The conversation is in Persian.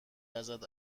ازت